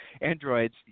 Androids